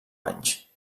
anys